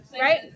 right